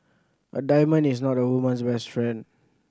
a diamond is not a woman's best friend